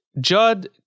Judd